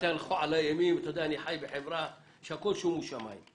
אל תהלכו עלינו אימים, אני בן 58,